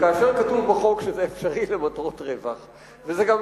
וכאשר כתוב בחוק שזה אפשרי למטרות רווח, וגם,